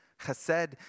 chesed